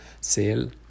sale